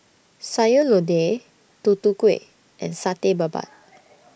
Sayur Lodeh Tutu Kueh and Satay Babat